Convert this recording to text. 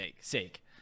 sake –